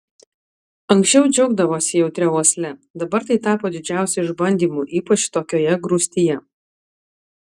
anksčiau džiaugdavosi jautria uosle dabar tai tapo didžiausiu išbandymu ypač tokioje grūstyje